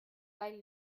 weil